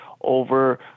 over